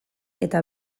eta